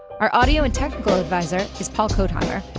our audio and technical advisor is paul kotheimer.